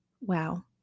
Wow